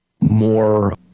more